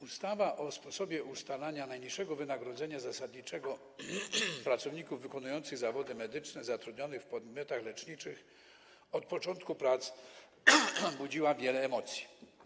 Ustawa o sposobie ustalania najniższego wynagrodzenia zasadniczego pracowników wykonujących zawody medyczne zatrudnionych w podmiotach leczniczych od początku prac budziła wiele emocji.